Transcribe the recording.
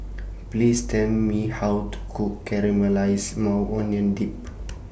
Please Tell Me How to Cook Caramelized Maui Onion Dip